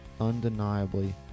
undeniably